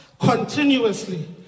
continuously